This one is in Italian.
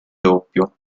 doppio